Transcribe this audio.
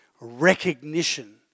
recognition